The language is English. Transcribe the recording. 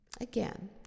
Again